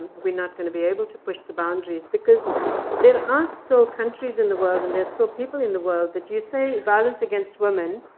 we're not going to be able to push the boundaries. because there are still countries in the world, and there are still people in the world, that you say violence against women,